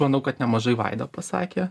manau kad nemažai vaida pasakė